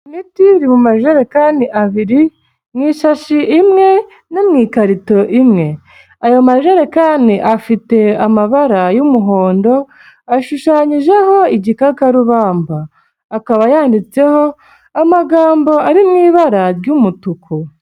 Imiti iri mu majerekani abiri, mu ishashi imwe no mu ikarito imwe. Ayo majerekani afite amabara y'umuhondo, ashushanyijeho igikakarubamba, akaba yanditseho amagambo ari mui ibara ry'umutuku.